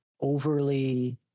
overly